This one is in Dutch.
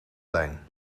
lijn